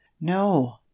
No